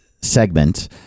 segment